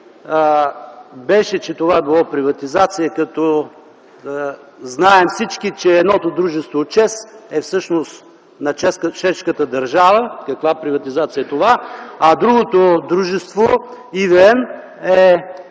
беше, че това било приватизация, като знаем всички, че едното дружество – ЧЕЗ, е всъщност на чешката държава – каква приватизация е това, а другото – ЕВН, е